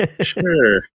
sure